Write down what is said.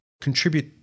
contribute